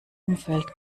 umfeld